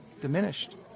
diminished